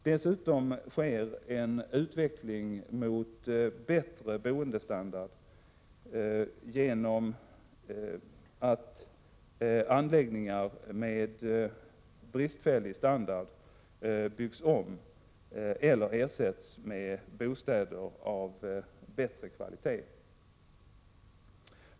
Dessutom sker en utveckling mot bättre boendestandard genom att anläggningar med bristfällig standard byggs om eller ersätts med bostäder av bättre kvalitet.